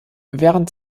während